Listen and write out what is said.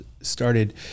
started